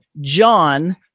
John